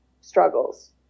struggles